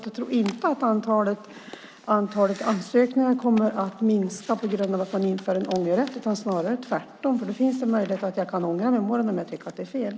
Jag tror inte att antalet ansökningar kommer att minska på grund av att man inför en ångerrätt utan snarare tvärtom, för då finns det en möjlighet att jag kan ångra mig i morgon om jag tycker att det är fel.